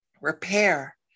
repair